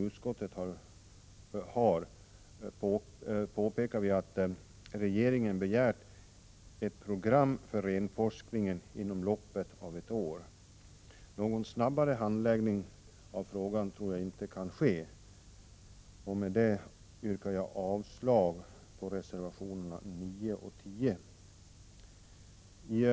Utskottet påpekar i sin skrivning att regeringen har begärt ett program för renforskningen inom loppet av ett år. Någon snabbare handläggning av frågan tror jag inte kan ske. Jag yrkar med detta avslag på reservationerna 9 och 10. I